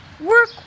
Work